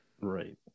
Right